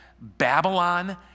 Babylon